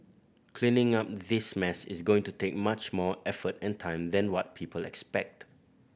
cleaning up this mess is going to take much more effort and time than what people expect